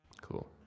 Cool